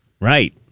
Right